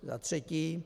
Za třetí.